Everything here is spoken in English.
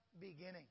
beginning